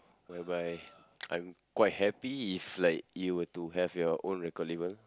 whereby I'm quite happy if like you were to have your own record label